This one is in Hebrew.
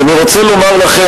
ואני רוצה לומר לכם,